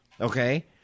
Okay